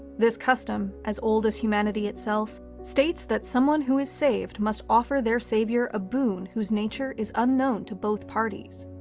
this custom, as old as humanity itself, states that someone who is saved must offer their saviour a boon whose nature is unknown to both parties.